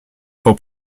for